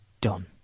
done